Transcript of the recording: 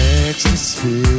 ecstasy